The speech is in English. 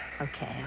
Okay